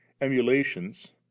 emulations